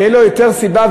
ויהיו לו עוד סיבה,